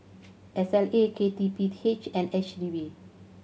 S L A K T P H and H D B